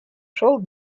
шел